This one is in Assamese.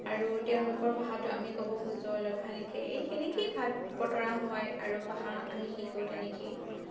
আৰু তেওঁলোকৰ ভাষাটো আমি ক'ব খোজোঁ অলপ ভালকৈ সেই সেনেকেই ভাগ বতৰা হয় আৰু ভাষা আমি শিকোঁ তেনেকেই